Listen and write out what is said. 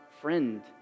friend